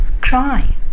cry